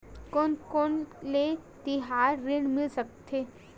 कोन कोन ले तिहार ऋण मिल सकथे?